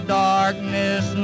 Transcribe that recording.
darkness